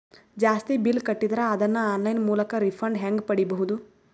ಜಾಸ್ತಿ ಬಿಲ್ ಕಟ್ಟಿದರ ಅದನ್ನ ಆನ್ಲೈನ್ ಮೂಲಕ ರಿಫಂಡ ಹೆಂಗ್ ಪಡಿಬಹುದು?